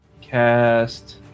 cast